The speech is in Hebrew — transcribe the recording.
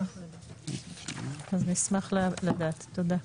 אז נשמח לדעת, תודה.